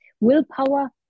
willpower